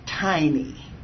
tiny